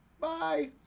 Bye